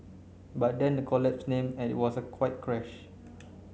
but then the collapse name and it was quite a crash